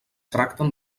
tracten